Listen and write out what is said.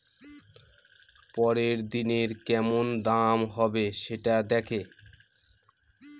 পরের দিনের কেমন দাম হবে, সেটা দেখে